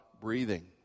breathing